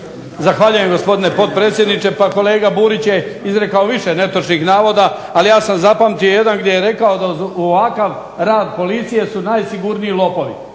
Zahvaljujem, gospodine potpredsjedniče. Pa kolega Burić je izrekao više netočnih navoda, ali ja sam zapamtio jedan gdje je rekao da uz ovakav rad Policije su najsigurniji lopovi.